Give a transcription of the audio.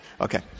Okay